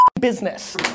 business